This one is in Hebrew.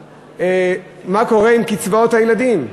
מה קורה עם קצבאות הילדים?